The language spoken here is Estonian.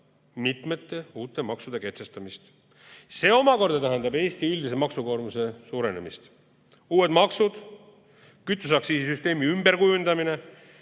mitmete uute maksude kehtestamist. See omakorda tähendab Eesti üldise maksukoormuse suurenemist. Uued maksud, kütuseaktsiisi süsteemi ümberkujundamine